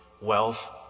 wealth